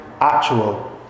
actual